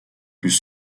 plus